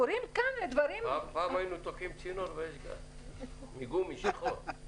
קורים כל מיני דברים -- פעם היינו תוקעים צינור מגומי שחור ויש גז.